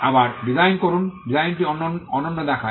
আবার ডিজাইন করুন ডিজাইনটি অনন্য দেখায়